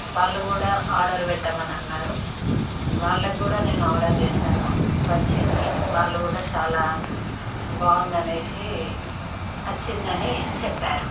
వాళ్ళు కూడా ఆర్డర్ పెట్టమని అన్నారు వాళ్ళకు కూడా నేను ఆర్డర్ చేశాను వచ్చింది వాళ్ళు కూడా చాలా బాగుంది అని నచ్చిందని చెప్పారు